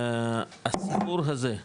הסיפור הזה,